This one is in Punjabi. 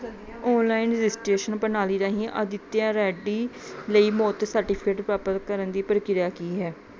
ਔਨਲਾਈਨ ਰਜਿਸਟ੍ਰੇਸ਼ਨ ਪ੍ਰਣਾਲੀ ਰਾਹੀਂ ਆਦਿਤਿਆ ਰੈੱਡੀ ਲਈ ਮੌਤ ਦੇ ਸਰਟੀਫਿਕੇਟ ਪ੍ਰਾਪਤ ਕਰਨ ਦੀ ਪ੍ਰਕਿਰਿਆ ਕੀ ਹੈ